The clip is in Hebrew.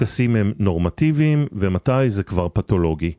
הם נורמטיביים ומתי זה כבר פתולוגי